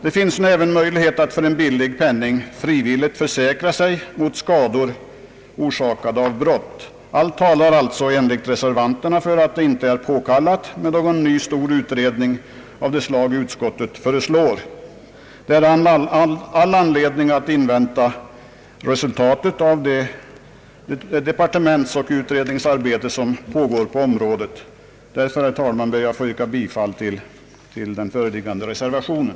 Det finns också möjlighet att för en billig penning frivilligt försäkra sig mot skador orsakade av brott. Allt talar sålunda enligt reservanterna för att det inte är påkallat med någon ny stor utredning av det slag utskottet föreslår. Det är all anledning att invänta resultatet av det departementsoch utredningsarbete som pågår på området. Därför, herr talman, ber jag att få yrka bifall till den föreliggande reservationen.